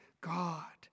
God